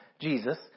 Jesus